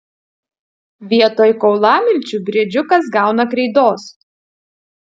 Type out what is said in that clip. vietoj kaulamilčių briedžiukas gauna kreidos